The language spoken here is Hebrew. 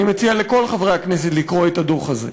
אני מציע לכל חברי הכנסת לקרוא את הדוח הזה,